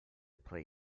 play